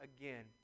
again